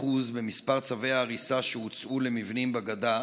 במספר צווי ההריסה שהוצאו למבנים בגדה,